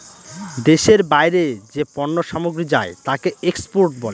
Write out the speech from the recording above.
দেশের বাইরে যে পণ্য সামগ্রী যায় তাকে এক্সপোর্ট বলে